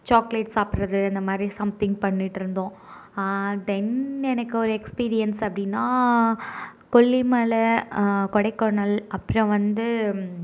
chocolate சாப்புடறது இந்த மாதிரி சம்திங் பண்ணிட்டிருந்தோம் தென் எனக்கு ஒரு எக்ஸ்பீரியன்ஸ் அப்படின்னா கொல்லிமலை கொடைக்கானல் அப்புறம் வந்து